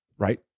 right